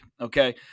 Okay